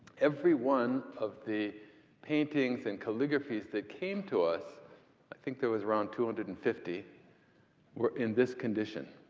every one of the paintings and calligraphies that came to us i think there was around two hundred and fifty were in this condition.